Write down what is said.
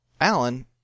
Alan